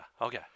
okay